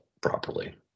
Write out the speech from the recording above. properly